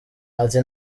ati